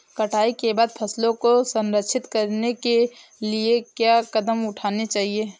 कटाई के बाद फसलों को संरक्षित करने के लिए क्या कदम उठाने चाहिए?